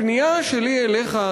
הפנייה שלי אליך,